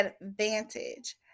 advantage